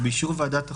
ובאישור ועדת החוקה,